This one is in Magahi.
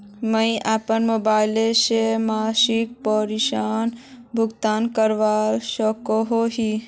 मुई अपना मोबाईल से मासिक प्रीमियमेर भुगतान करवा सकोहो ही?